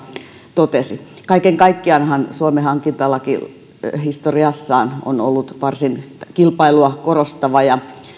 totesi kaiken kaikkiaanhan suomen hankintalaki historiassaan on ollut varsin kilpailua korostava